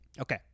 Okay